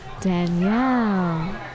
Danielle